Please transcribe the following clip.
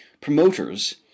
Promoters